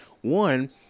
One